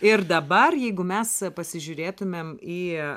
ir dabar jeigu mes pasižiūrėtumėm į